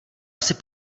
asi